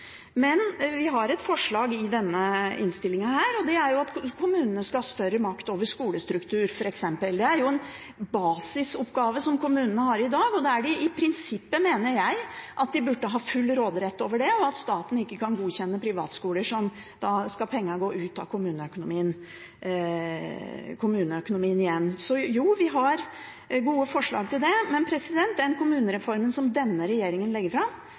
Men vi har et forslag i denne innstillingen, og det er at kommunene skal ha større makt over f.eks. skolestrukturen. Det er en basisoppgave som kommunene har i dag, som de i prinsippet, mener jeg, burde ha full råderett over – at ikke staten skal kunne godkjenne privatskoler, som gjør at penger går ut av kommuneøkonomien. Jo, vi har gode forslag til det, men den kommunereformen som denne regjeringen legger fram,